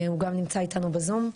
נמצאים כאן הורים.